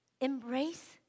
embrace